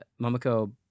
Momoko